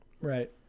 right